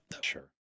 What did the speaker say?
Sure